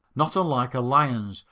not unlike a lion's,